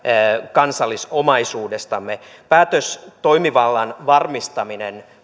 kansallisomaisuudestamme päätös toimivallan varmistamisesta